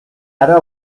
ara